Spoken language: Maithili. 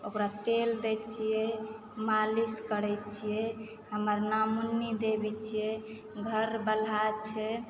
ओकरा तेल दैत छियै मालिश करैत छियै हमर नाम मुन्नी देवी छियै घर बलहा छै